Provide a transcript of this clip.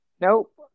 Nope